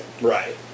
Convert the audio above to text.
Right